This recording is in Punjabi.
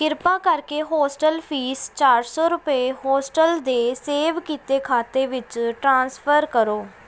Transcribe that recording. ਕਿਰਪਾ ਕਰਕੇ ਹੋਸਟਲ ਫੀਸ ਚਾਰ ਰੁਪਏ ਹੋਸਟਲ ਦੇ ਸੇਵ ਕੀਤੇ ਖਾਤੇ ਵਿੱਚ ਟ੍ਰਾਂਸਫਰ ਕਰੋ